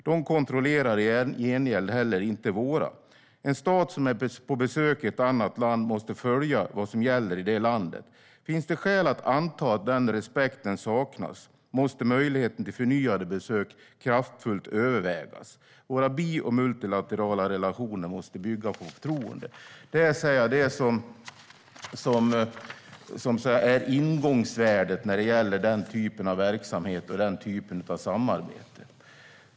De kontrollerar i gengäld inte heller våra. En stat som är på besök i ett annat land måste följa vad som gäller i det landet. Om det finns skäl att anta att den respekten saknas måste möjligheten till förnyade besök kraftfullt övervägas. Våra bi och multilaterala relationer måste bygga på förtroende. Det är det som är ingångsvärdet när det gäller denna typ av verksamhet och samarbete.